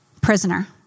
prisoner